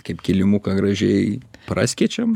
kaip kilimuką gražiai praskėčiam